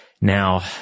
Now